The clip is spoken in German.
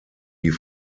die